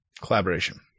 Collaboration